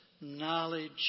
knowledge